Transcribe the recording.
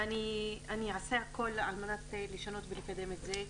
ואני אעשה הכול על מנת לשנות ולקדם את זה.